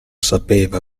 sapeva